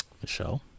Michelle